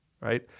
right